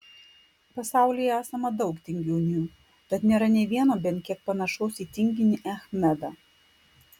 pasaulyje esama daug tinginių bet nėra nė vieno bent kiek panašaus į tinginį achmedą